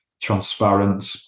transparent